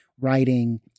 writing